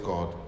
God